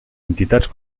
entitats